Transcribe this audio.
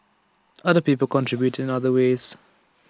other people contributed in other ways